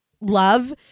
love